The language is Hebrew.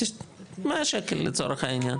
100 ₪ לצורך העניין.